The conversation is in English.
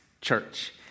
church